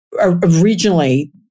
originally